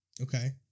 okay